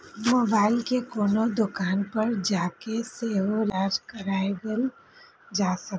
mobile कें कोनो दोकान पर जाके सेहो रिचार्ज कराएल जा सकैए